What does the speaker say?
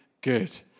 good